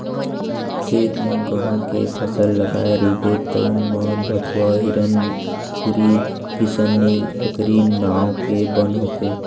खेत म गहूँ के फसल लगाए रहिबे तउन म भथुवा, हिरनखुरी, किसननील, अकरी नांव के बन होथे